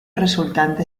resultante